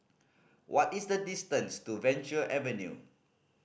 what is the distance to Venture Avenue